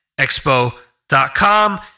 Expo.com